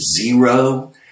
zero